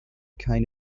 kind